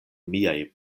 miaj